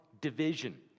division